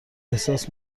احساس